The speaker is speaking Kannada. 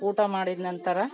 ಊಟ ಮಾಡಿದ ನಂತರ